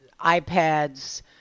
iPads